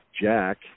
Jack